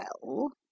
well